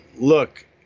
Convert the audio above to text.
look